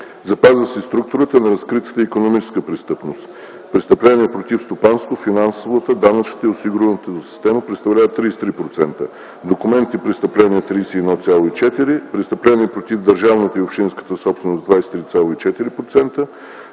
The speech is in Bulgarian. Запазва се структурата на разкритата икономическа престъпност: престъпленията против стопанството, финансовата, данъчната и осигурителната система представляват 33%, документните престъпления (31,4%), престъпления против държавната и общинска собственост (23,4%),